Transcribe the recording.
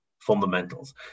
fundamentals